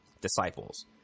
disciples